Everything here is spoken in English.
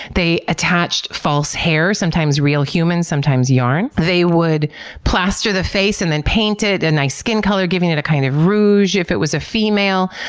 they attached false hair, sometimes real human, sometimes yarn. they would plaster the face and then paint it a and nice skin color, giving it a kind of rouge if it was a female.